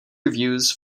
reviews